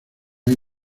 hay